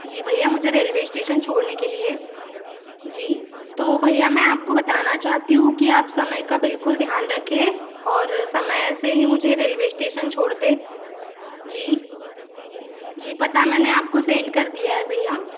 जी भैया मुझे railway station छोड़ने के लिए जी तो भैया मैं आपको बताना चाहती हूँ कि आप समय का बिल्कुल ध्यान रखें और समय से ही मुझे रेलवे स्टेसन छोड़ दें जी जी पता मैंने आपको सेंड कर दिया है भैया